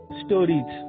stories